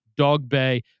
Dogbay